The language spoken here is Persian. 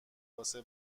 واسه